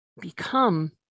become